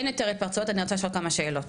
אין יותר התפרצויות אני רוצה לשאול כמה שאלות,